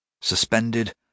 Suspended